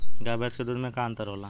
गाय भैंस के दूध में का अन्तर होला?